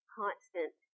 constant